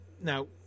Now